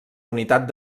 unitat